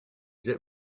that